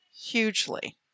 hugely